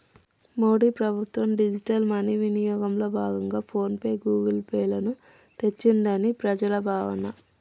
మోడీ ప్రభుత్వం digital money వినియోగంలో భాగంగా ఫోన్ పే, గూగుల్ పే లను తెచ్చిందని ప్రజల భావన